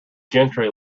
gentry